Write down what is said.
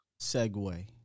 segue